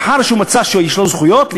לאחר שהוא מצא שיש לו זכויות,